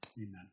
Amen